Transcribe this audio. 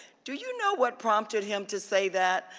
do you know what prompted him to say that?